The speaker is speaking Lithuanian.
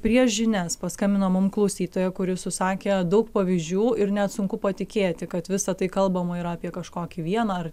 prieš žinias paskambino mum klausytoja kuri susakė daug pavyzdžių ir net sunku patikėti kad visa tai kalbama yra apie kažkokį vieną ar